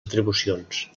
atribucions